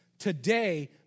Today